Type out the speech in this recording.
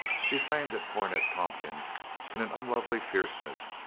she flamed at cornet tompkins in an unlovely fierceness,